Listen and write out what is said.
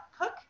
cook